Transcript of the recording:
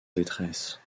détresse